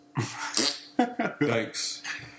Thanks